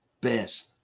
best